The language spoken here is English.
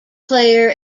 player